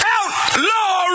Outlaw